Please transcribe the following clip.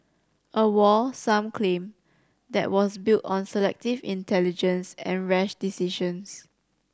a war some claim that was built on selective intelligence and rash decisions